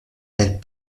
elle